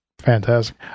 Fantastic